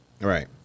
Right